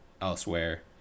elsewhere